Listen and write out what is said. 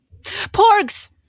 Porgs